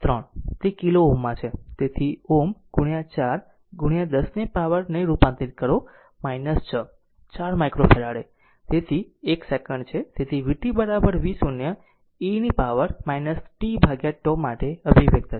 તેથી Ω 4 10 ને પાવરમાં રૂપાંતરિત કરો 6 4 માઇક્રોફેરાડે તેથી તે 1 સેકંડ છે તેથી vt v0 e tτ માટે અભિવ્યક્તિ છે